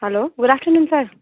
hello good afternoon sir